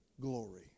glory